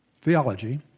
theology